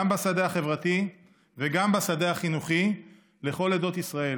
גם בשדה החברתי וגם בשדה החינוכי לכל עדות ישראל.